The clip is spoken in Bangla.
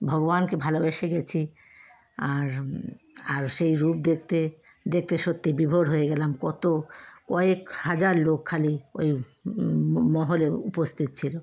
ভগবানকে ভালোবেসে গিয়েছি আর আর সেই রূপ দেখতে দেখতে সত্যিই বিভোর হয়ে গেলাম কত কয়েক হাজার লোক খালি ওই মহলে উপস্থিত ছিল